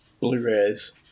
Blu-rays